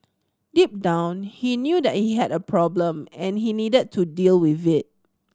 deep down he knew that he had a problem and he needed to deal with it